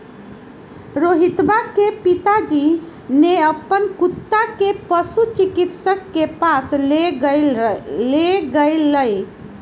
रोहितवा के पिताजी ने अपन कुत्ता के पशु चिकित्सक के पास लेगय लय